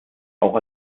auch